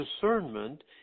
discernment